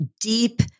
deep